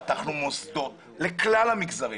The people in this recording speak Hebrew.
פתחנו מוסדות לכלל המגזרים,